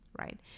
right